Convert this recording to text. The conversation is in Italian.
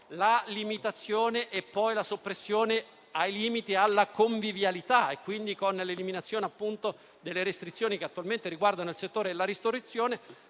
la limitazione e poi la soppressione dei limiti alla convivialità, con l'eliminazione delle restrizioni che attualmente riguardano il settore della ristorazione.